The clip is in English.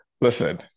listen